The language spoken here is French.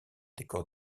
décor